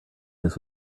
this